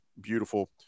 beautiful